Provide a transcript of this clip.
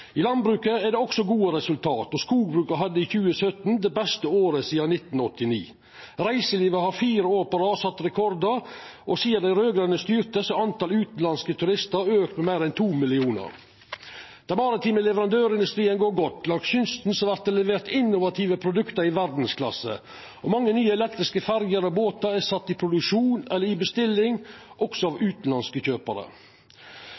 I landbruket er det også gode resultat, og skogbruket hadde i 2017 det beste året sidan 1989. Reiselivet har sett rekordar fire år på rad, og sidan dei raud-grøne styrte, har talet på utanlandske turistar auka med meir enn to millionar. Den maritime leverandørindustrien går godt, langs kysten vert det levert innovative produkt i verdsklasse. Mange nye elektriske ferjer og båtar er sette i produksjon eller er i bestilling, også